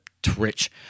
twitch